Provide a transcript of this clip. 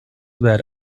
were